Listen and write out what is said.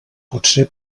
potser